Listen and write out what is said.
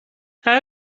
how